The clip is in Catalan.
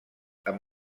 amb